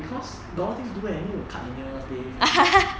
because the only thing you do at home is cut their nails just bath only